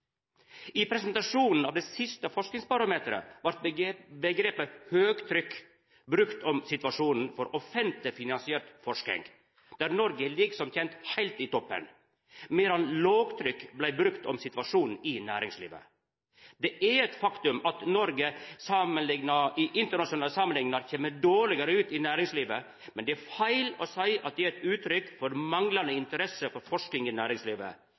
I presentasjonen av det siste forskingbarometeret vart begrepet «høgtrykk» brukt om situasjonen for offentleg finansiert forsking, der Noreg, som kjent, ligg heilt i toppen, medan «lågtrykk» vart brukt om situasjonen i næringslivet. Det er eit faktum at Noreg i internasjonale samanlikningar kjem dårlegare ut i næringslivet, men det er feil å seia at det er eit uttrykk for manglande interesse for forsking i næringslivet.